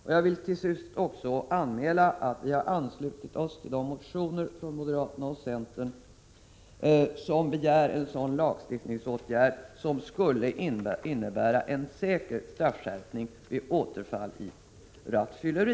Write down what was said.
Jag vill till slut också anmäla att vi har anslutit oss till de motioner från moderaterna och centern som begär sådana lagstiftningsåtgärder som skulle innebära en säker straffskärpning vid återfall i rattfylleri.